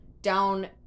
down